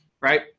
right